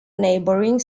neighbouring